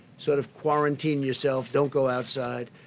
sort of quarantine yourself, don't go outside.